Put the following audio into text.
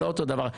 לא אותו דבר.